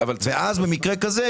במקרה כזה,